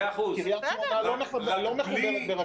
קריית שמונה לא מחוברת ברכבת כבדה.